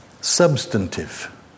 Substantive